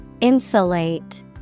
Insulate